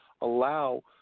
allow